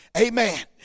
Amen